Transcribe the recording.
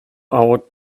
hour